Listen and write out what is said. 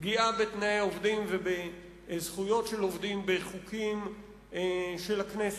פגיעה בתנאי עובדים ובזכויות של עובדים בחוקים של הכנסת,